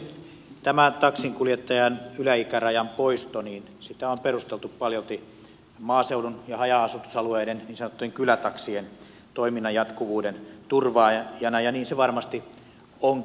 tätä taksinkuljettajan yläikärajan poistoa on perusteltu paljolti maaseudun ja haja asutusalueiden niin sanottujen kylätaksien toiminnan jatkuvuuden turvaajana ja niin se varmasti onkin